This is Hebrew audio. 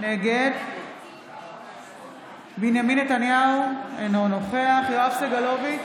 נגד בנימין נתניהו, אינו נוכח יואב סגלוביץ'